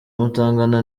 mutangana